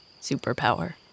superpower